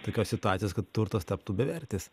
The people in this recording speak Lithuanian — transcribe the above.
tokios situacijos kad turtas taptų bevertis